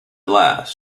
last